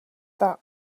that